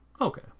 Okay